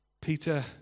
Peter